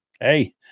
Hey